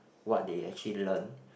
what they actually learn